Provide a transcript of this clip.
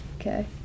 Okay